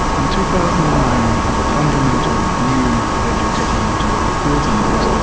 in two thousand and nine we have a fundamental new ledger technology that that builds on those,